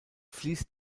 fließt